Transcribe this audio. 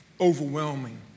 overwhelming